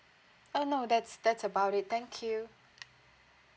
uh no that's that's about it thank you